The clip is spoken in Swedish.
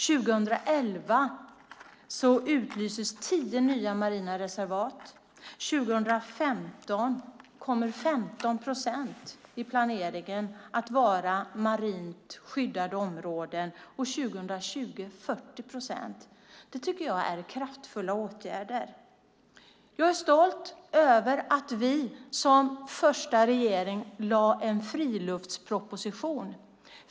År 2011 utlyses tio nya marina reservat, 2015 kommer 15 procent i planeringen att vara marint skyddade områden och 2020 blir det 40 procent. Det tycker jag är kraftfulla åtgärder. Jag är stolt över att Alliansen som första regering lade fram en friluftsproposition.